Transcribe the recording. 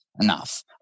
enough